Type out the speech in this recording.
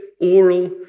oral